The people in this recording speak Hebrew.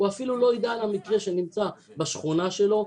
הוא אפילו לא ידע על המקרה שנמצא בשכונה שלו,